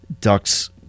Ducks